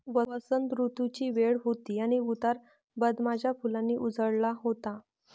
वसंत ऋतूची वेळ होती आणि उतार बदामाच्या फुलांनी उजळला होता